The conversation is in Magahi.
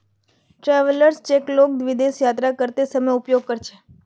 ट्रैवेलर्स चेक लोग विदेश यात्रा करते समय उपयोग कर छे